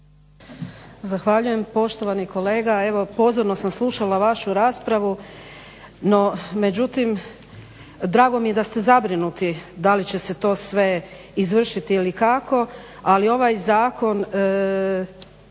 Zahvaljujem. Poštovani kolega evo pozorno sam slušala vašu raspravu no međutim drago mi je da ste zabrinuti da li će se to sve izvršiti ili kako ali ovaj zakon